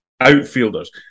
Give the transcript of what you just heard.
Outfielders